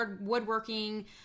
woodworking